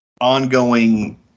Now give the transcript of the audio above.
ongoing